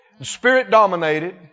spirit-dominated